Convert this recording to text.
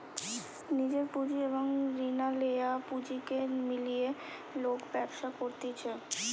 নিজের পুঁজি এবং রিনা লেয়া পুঁজিকে মিলিয়ে লোক ব্যবসা করতিছে